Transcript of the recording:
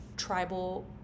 tribal